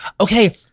okay